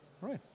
Right